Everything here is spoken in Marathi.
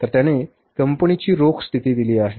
तर त्याने कंपनीची रोख स्थिती दिली आहे